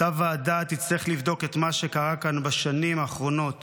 אותה ועדה תצטרך לבדוק את מה שקרה כאן בשנים האחרונות